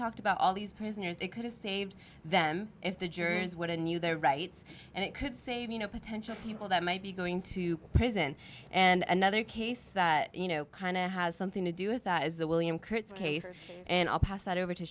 talked about all these prisoners they could have saved them if the jurors what a new their rights and it could save you know potential people that might be going to prison and another case that you know kind of has something to do with that is the william critz case and i'll pass that over to